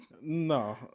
No